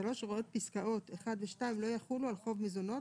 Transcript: (3) הוראות פסקאות (1) ו-(2) לא יחולו על חוב מזונות,